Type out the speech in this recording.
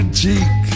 cheek